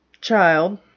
child